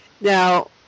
now